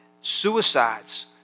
suicides